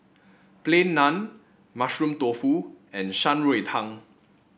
Plain Naan Mushroom Tofu and Shan Rui Tang